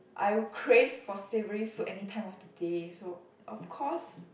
I would crave for savory food any time of the day so of course